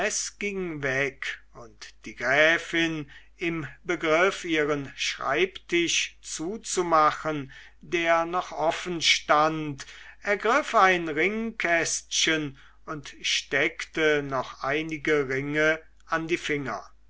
ging weg und die gräfin im begriff ihren schreibtisch zuzumachen der noch offenstand ergriff ein ringkästchen und steckte noch einige ringe an die finger